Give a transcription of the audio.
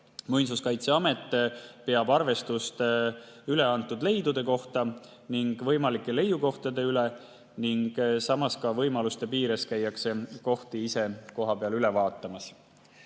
Muinsuskaitseamet peab arvestust üleantud leidude ning võimalike leiukohtade üle ning samas käiakse võimaluste piires kohti ise kohapeal üle vaatamas.